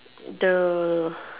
the